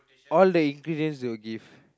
all the ingredients they will give